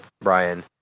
Brian